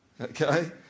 Okay